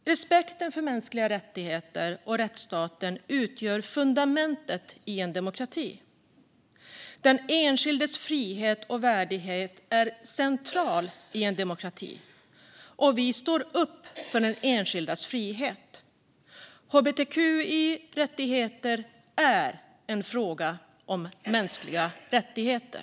Respekten för mänskliga rättigheter och rättsstaten utgör fundamentet i en demokrati. Den enskildes frihet och värdighet är central i en demokrati. Vi står upp för den enskildes frihet. Hbtqi-rättigheter är en fråga om mänskliga rättigheter.